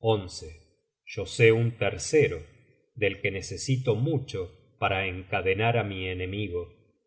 médicos yo sé un tercero del que necesito mucho para encadenar á mi enemigo